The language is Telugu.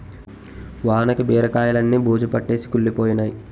వానకి బీరకాయిలన్నీ బూజుపట్టేసి కుళ్లిపోయినై